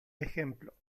ejemplo